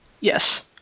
Yes